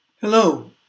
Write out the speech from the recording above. Hello